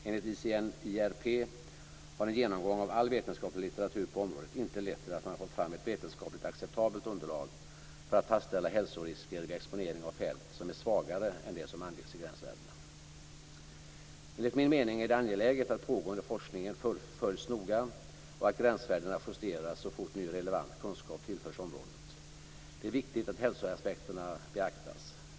Enligt ICNIRP har en genomgång av all vetenskaplig litteratur på området inte lett till att man fått fram ett vetenskapligt acceptabelt underlag för att fastställa hälsorisker vid exponering för fält som är svagare än de som anges i gränsvärdena. Enligt min mening är det angeläget att den pågående forskningen följs noga och att gränsvärdena justeras så fort ny relevant kunskap tillförs området. Det är viktigt att hälsoaspekterna beaktas.